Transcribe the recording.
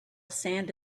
sand